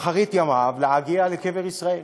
באחרית ימיו להגיע לקבר ישראל.